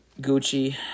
Gucci